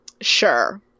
Sure